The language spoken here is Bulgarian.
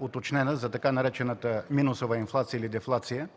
уточнена цифра за така наречената „минусова инфлация” или „дефлация”.